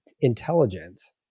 intelligence